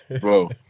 Bro